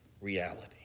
reality